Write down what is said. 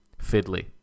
fiddly